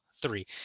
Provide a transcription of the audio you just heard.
three